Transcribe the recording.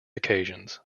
occasions